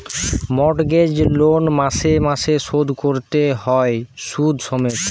mortgage loan মাসে মাসে শোধ কোরতে হয় শুধ সমেত